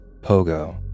Pogo